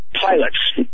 pilots